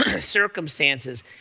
circumstances